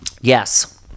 yes